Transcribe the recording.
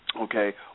Okay